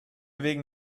wegen